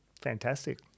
Fantastic